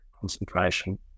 concentration